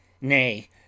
NAY